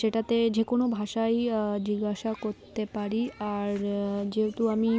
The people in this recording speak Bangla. সেটাতে যে কোনো ভাষায়ই জিজ্ঞাসা করতে পারি আর যেহেতু আমি